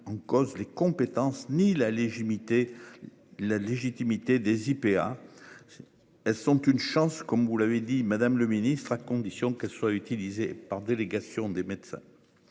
en cause les compétences ni la légitimité la légitimité des IPA. Elles sont une chance. Comme vous l'avez dit, Madame le ministre à condition qu'elle soit utilisée par délégation des médecins.